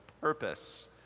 purpose